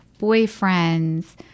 boyfriends